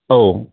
औ